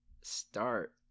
start